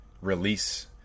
release